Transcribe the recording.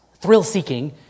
thrill-seeking